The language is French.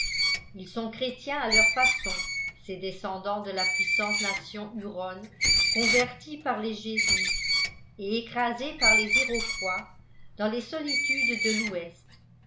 ils sont chrétiens à leur façon ces descendants de la puissante nation huronne convertie par les jésuites et écrasée par les iroquois dans les solitudes de l'ouest